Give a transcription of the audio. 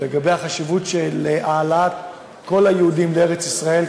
לגבי החשיבות של העלאת כל היהודים לארץ-ישראל,